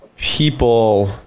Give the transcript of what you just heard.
people